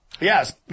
Yes